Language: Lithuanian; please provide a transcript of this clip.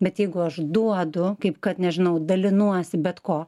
bet jeigu aš duodu kaip kad nežinau dalinuosi bet ko